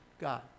God